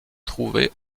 trouvés